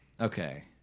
Okay